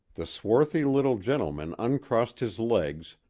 the swarthy little gentleman uncrossed his legs,